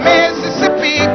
Mississippi